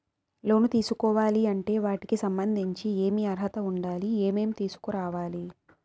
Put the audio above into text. లోను తీసుకోవాలి అంటే వాటికి సంబంధించి ఏమి అర్హత ఉండాలి, ఏమేమి తీసుకురావాలి